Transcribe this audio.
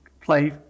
play